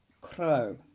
Crow